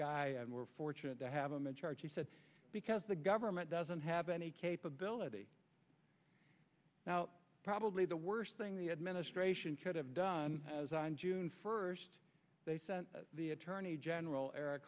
and we're fortunate to have a majority said because the government doesn't have any capability now probably the worst thing the administration could have done has on june first they sent the attorney general eric